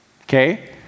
okay